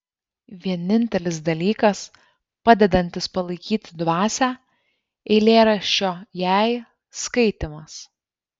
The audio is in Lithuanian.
vienintelis dalykas padedantis palaikyti dvasią eilėraščio jei skaitymas